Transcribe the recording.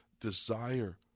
desire